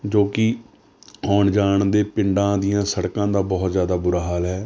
ਜੋ ਕਿ ਆਉਣ ਜਾਣ ਦੇ ਪਿੰਡਾਂ ਦੀਆਂ ਸੜਕਾਂ ਦਾ ਬਹੁਤ ਜ਼ਿਆਦਾ ਬੁਰਾ ਹਾਲ ਹੈ